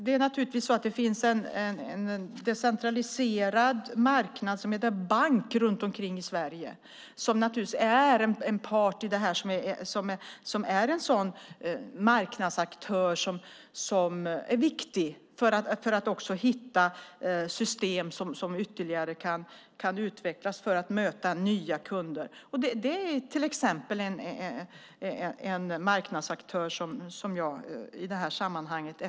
Det finns en decentraliserad marknad som heter bank runt omkring i Sverige. Det är en part i detta, och en viktig marknadsaktör som är viktig för att hitta system som ytterligare kan utvecklas för att möta nya kunder. Det är till exempel en marknadsaktör som jag efterlyser i sammanhanget.